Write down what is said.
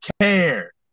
care